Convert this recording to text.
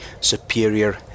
superior